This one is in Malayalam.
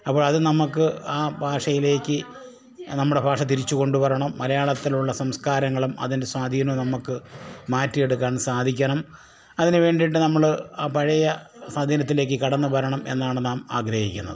അപ്പോൾ അത് നമ്മൾക്ക് ആ ഭാഷയിലേക്ക് നമ്മുടെ ഭാഷ തിരിച്ച് കൊണ്ടുവരണം മലയാളത്തിലുള്ള സംസ്കാരങ്ങളും അതിൻ്റെ സ്വാധീനവും നമുക്ക് മാറ്റിയെടുക്കാൻ സാധിക്കണം അതിന് വേണ്ടിയിട്ട് നമ്മൾ ആ പഴയ സ്വാധീനത്തിലേക്ക് കടന്നുവരണം എന്നാണ് നാം ആഗ്രഹിക്കുന്നത്